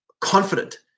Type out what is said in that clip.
confident